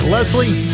Leslie